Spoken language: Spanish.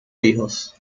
hijos